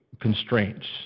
constraints